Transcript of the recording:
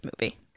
movie